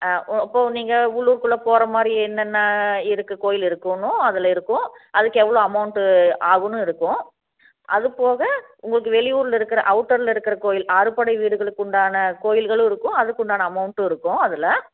இப்போது நீங்கள் உள்ளூர்க்குள்ளே போகிற மாதிரி என்னென்ன இருக்குது கோயில் இருக்குமோ அதில் இருக்கும் அதுக்கு எவ்வளோ அமெளண்டு ஆகும்னு இருக்கும் அதுபோக உங்களுக்கு வெளிவூரில் இருக்கிற அவுட்டரில் இருக்கிற கோயில் அறுபடை வீடுகளுக்கு உண்டான கோயில்களும் இருக்கும் அதுக்குண்டான அமெளண்டும் இருக்கும் அதில்